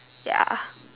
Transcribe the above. ya